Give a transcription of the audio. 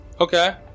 Okay